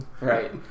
right